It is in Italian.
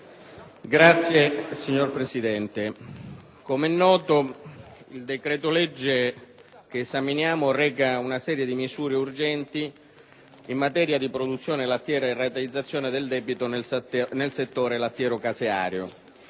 Signor Presidente, com'è noto il decreto-legge 5 febbraio 2009, n. 4, reca una serie di misure urgenti in materia di produzione lattiera e rateizzazione del debito nel settore lattiero-caseario.